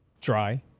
dry